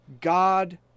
God